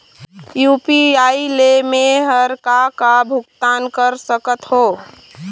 UPI ले मे हर का का भुगतान कर सकत हो?